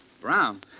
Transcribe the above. Brown